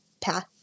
path